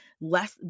less